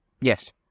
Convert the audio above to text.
Yes